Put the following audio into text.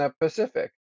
Pacific